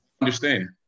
understand